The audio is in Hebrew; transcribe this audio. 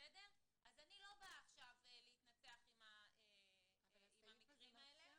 אז אני לא באה עכשיו להתנצח עם המקרים האלה.